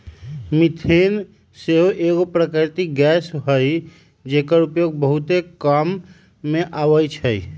methane सेहो एगो प्राकृतिक गैस हई जेकर उपयोग बहुते काम मे अबइ छइ